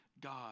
God